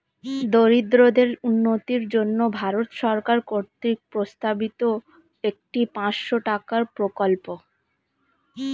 দরিদ্রদের উন্নতির জন্য ভারত সরকার কর্তৃক প্রস্তাবিত একটি পাঁচশো টাকার প্রকল্প